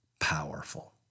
Powerful